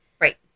Right